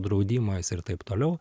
draudimais ir taip toliau